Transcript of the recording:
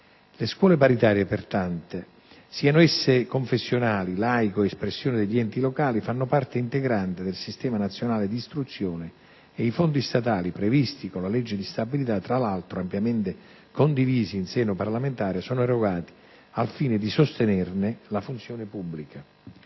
Le scuole paritarie, pertanto, siano esse confessionali, laiche o espressione degli enti locali, fanno parte integrante del sistema nazionale di istruzione e i fondi statali, previsti con la legge di stabilità, tra l'altro ampiamente condivisi in seno parlamentare, sono erogati al fine di sostenerne la funzione pubblica.